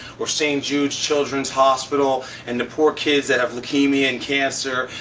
or st. jude's children's hospital, and the poor kids that have leukemia and cancer,